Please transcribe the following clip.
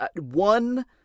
one